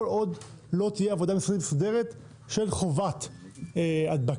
כל עוד לא תהיה עבודה משרדית מסודרת של חובת הדבקה,